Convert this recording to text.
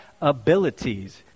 abilities